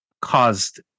caused